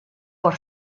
por